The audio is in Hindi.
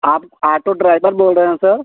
आप आटो ड्राइवर बोल रहे हैं सर